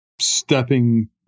stepping